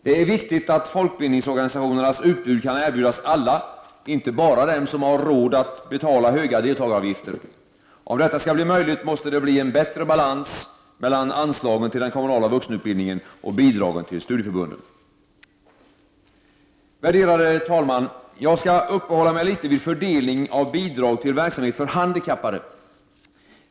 Det är viktigt att folkbildningsorganisationernas utbud kan erbjudas alla — inte bara dem som har råd att betala höga deltagaravgifter. Om detta skall bli möjligt måste det bli bättre balans mellan anslagen till den kommunala vuxenutbildningen och bidragen till studieförbunden. Värderade talman! Jag skall uppehålla mig litet vid fördelningen av bidragen till verksamheten för handikappade.